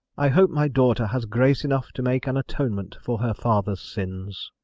i hope my daughter has grace enough to make an atonement for her father's sins.